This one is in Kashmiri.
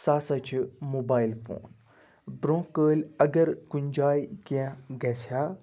سُہ ہَسا چھِ موبایِل فون برٛونٛہہ کٲلۍ اگر کُنہِ جایہِ کینٛہہ گژھِ ہا